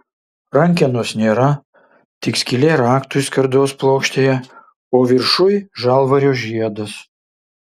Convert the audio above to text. rankenos nėra tik skylė raktui skardos plokštėje o viršuj žalvario žiedas